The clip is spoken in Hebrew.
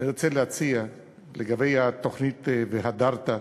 לגבי תוכנית "והדרת"